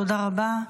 תודה רבה.